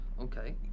okay